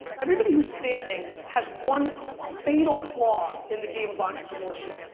everybody who's standing has one fatal flaw in the game of entrepreneurship,